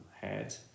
head